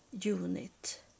unit